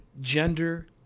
gender